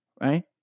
right